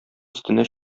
өстенә